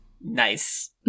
Nice